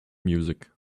music